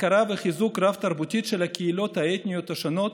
הכרה וחיזוק רב-תרבותי של הקהילות האתניות השונות,